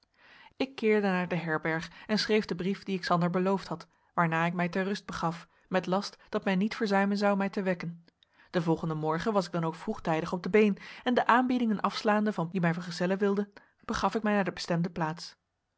ik keerde naar de herberg en schreef den brief dien ik sander beloofd had waarna ik mij ter rust begaf met last dat men niet verzuimen zou mij te wekken den volgenden morgen was ik dan ook vroegtijdig op de been en de aanbiedingen afslaande van pulver en van helding die mij vergezellen wilden begaf ik mij naar de bestemde plaats